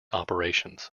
operations